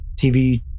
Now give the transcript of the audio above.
TV